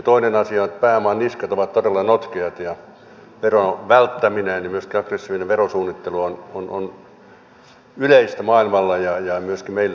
toinen asia on että pääoman niskat ovat todella notkeat ja veron välttäminen ja myös aggressiivinen verosuunnittelu on yleistä maailmalla ja myöskin meillä sitä harrastetaan